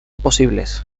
posibles